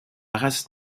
race